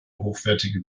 hochwertige